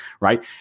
right